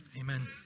Amen